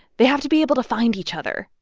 they have to be able to find each other,